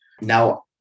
now